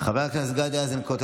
חבר הכנסת גדי איזנקוט,